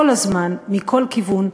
כל הזמן, מכל כיוון,